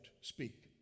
speak